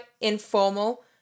informal